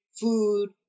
food